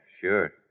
sure